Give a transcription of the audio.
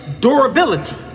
durability